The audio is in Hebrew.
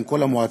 עם כל המועצה,